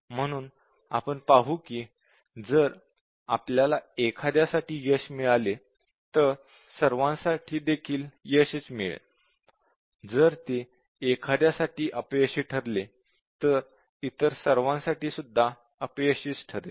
म्हणून आपण पाहू कि जर आपल्याला एखाद्यासाठी यश मिळाले तर इतर सर्वांसाठी देखील यशच मिळेल जर ते एखाद्यासाठी अपयशी ठरले तर इतर सर्वांसाठी सुद्धा अपयशीच ठरेल